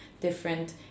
different